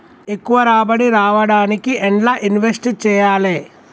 ఎక్కువ రాబడి రావడానికి ఎండ్ల ఇన్వెస్ట్ చేయాలే?